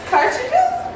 Cartridges